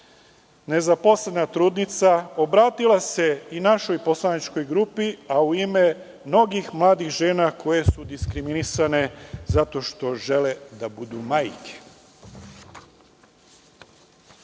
nezaposlena trudnica, obratila se i našoj poslaničkoj grupi, a u ime mnogih mladih žena koje su diskriminisane zato što žele da budu majke.